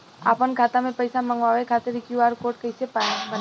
आपन खाता मे पैसा मँगबावे खातिर क्यू.आर कोड कैसे बनाएम?